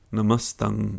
Namastang